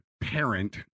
parent